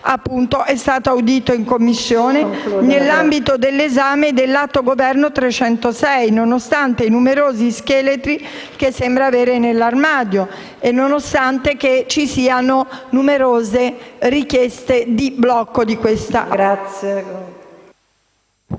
scorsa è stato audito in Commissione nell'ambito dell'esame dell'atto del Governo n. 306, nonostante i numerosi scheletri che sembra avere nell'armadio e nonostante vi siano numerose richieste di blocco di questa figura?